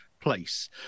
place